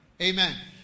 Amen